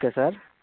okay sir